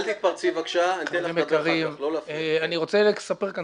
אני רוצה לספר כאן